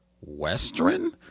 western